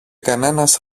κανένας